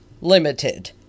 limited